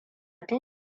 tun